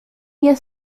nie